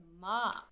mom